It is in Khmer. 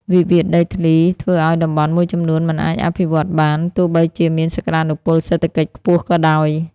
វិវាទដីធ្លីធ្វើឱ្យតំបន់មួយចំនួនមិនអាចអភិវឌ្ឍបាន ទោះបីជាមានសក្ដានុពលសេដ្ឋកិច្ចខ្ពស់ក៏ដោយ។